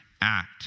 act